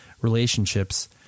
relationships